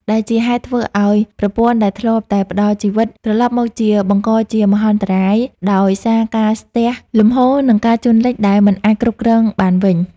ដែលជាហេតុធ្វើឱ្យប្រព័ន្ធដែលធ្លាប់តែផ្ដល់ជីវិត ត្រឡប់មកជាបង្កជាមហន្តរាយដោយសារការស្ទះលំហូរ និងការជន់លិចដែលមិនអាចគ្រប់គ្រងបានវិញ។